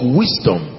wisdom